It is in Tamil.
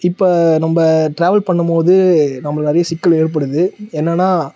இப்போ நம்ம ட்ராவல் பண்ணும் போது நம்மளுக்கு நிறைய சிக்கல் ஏற்படுது என்னென்னா